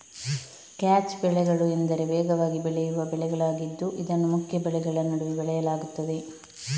catch ಬೆಳೆಗಳು ಎಂದರೆ ವೇಗವಾಗಿ ಬೆಳೆಯುವ ಬೆಳೆಗಳಾಗಿದ್ದು ಇದನ್ನು ಮುಖ್ಯ ಬೆಳೆಗಳ ನಡುವೆ ಬೆಳೆಯಲಾಗುತ್ತದೆ